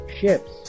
ships